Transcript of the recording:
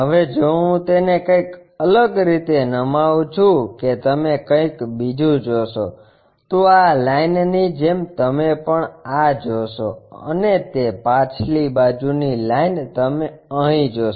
હવે જો હું તેને કંઈક અલગ રીતે નમાવું છું કે તમે કંઈક બીજું જોશો તો આ લાઇનની જેમ તમે પણ આ જોશો અને તે પાછલી બાજુની લાઇન તમે અહીં જોશો